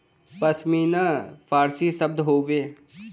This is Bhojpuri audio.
पश्मीना फारसी शब्द हउवे